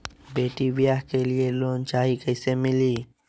बेटी ब्याह के लिए लोन चाही, कैसे मिली?